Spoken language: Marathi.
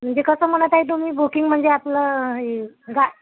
म्हणजे कसं म्हणत आहे तुम्ही बुकिंग म्हणजे आपलं गा